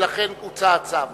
ולכן הוצא הצו.